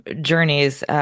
journeys